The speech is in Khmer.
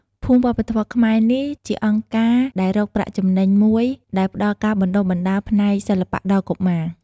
ភូមិវប្បធម៌ខ្មែរនេះជាអង្គការមិនរកប្រាក់ចំណេញមួយ ដែលផ្តល់ការបណ្តុះបណ្តាលផ្នែកសិល្បៈដល់កុមារ ។